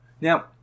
Now